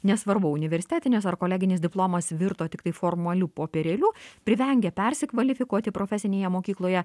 nesvarbu universitetinis ar koleginis diplomas virto tiktai formaliu popierėliu privengia persikvalifikuoti profesinėje mokykloje